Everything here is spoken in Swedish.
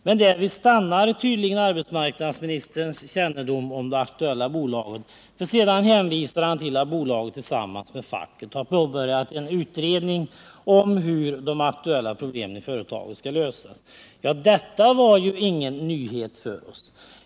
Men därvid stannar tydligen arbetsmarknadsministerns kännedom om det aktuella bolaget, för sedan hänvisar han till att bolaget tillsammans med facken har påbörjat en utredning om hur de aktuella problemen i företaget skall lösas. Ja, detta var ingen nyhet för oss.